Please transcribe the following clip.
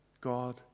God